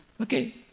Okay